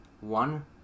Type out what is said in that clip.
one